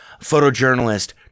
photojournalist